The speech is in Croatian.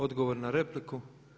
Odgovor na repliku.